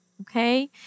okay